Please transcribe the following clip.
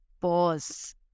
pause